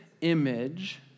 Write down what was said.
image